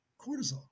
cortisol